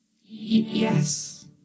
Yes